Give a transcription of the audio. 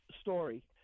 story